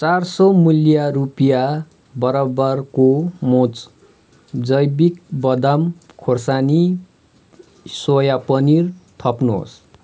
चार सौ मूल्य रुपियाँ बराबरको मोज जैविक बदाम खोर्सानी सोया पनीर थप्नुहोस्